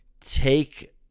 take